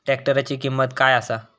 ट्रॅक्टराची किंमत काय आसा?